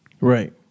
Right